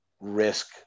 risk